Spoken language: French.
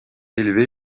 élevé